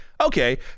okay